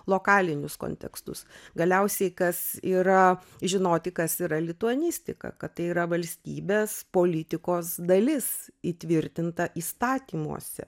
lokalinius kontekstus galiausiai kas yra žinoti kas yra lituanistika kad tai yra valstybės politikos dalis įtvirtinta įstatymuose